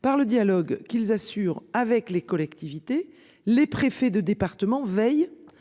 par le dialogue qu'ils assurent avec les collectivités, les préfets de département veillent